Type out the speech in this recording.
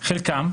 חלקם,